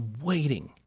waiting